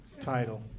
title